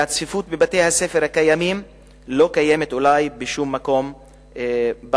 והצפיפות בבתי-הספר הקיימים לא קיימת אולי בשום מקום בארץ.